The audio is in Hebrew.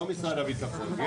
לא משרד הביטחון.